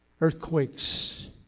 earthquakes